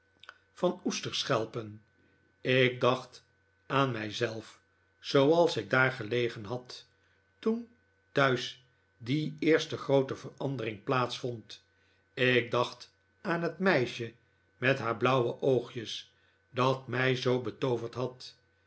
van oesterschelpen ik dacht aan mij zelf zooals ik daar gelegen had toen thuis die eerste groote verandering plaats vond ik dacht aan het meisje met haar blauwe oogjes dat mij zoo betooverd had